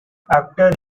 after